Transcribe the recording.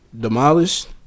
demolished